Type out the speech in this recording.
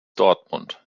dortmund